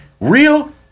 real